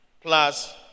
plus